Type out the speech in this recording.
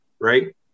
right